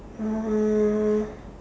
uh